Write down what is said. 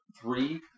three